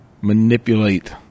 manipulate